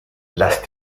las